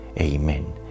Amen